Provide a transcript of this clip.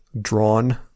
drawn